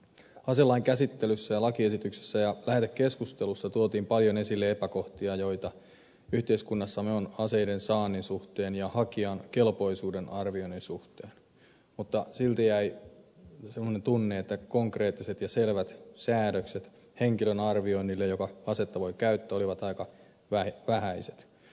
aselain käsittelyssä lakiesityksessä ja lähetekeskustelussa tuotiin paljon esille epäkohtia joita yhteiskunnassamme on aseiden saannin suhteen ja hakijan kelpoisuuden arvioinnin suhteen mutta silti jäi semmoinen tunne että konkreettiset ja selvät säädökset sen arviointiin voiko henkilö asetta käyttää olivat aika vähäiset